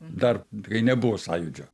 dar kai nebuvo sąjūdžio